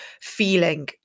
feeling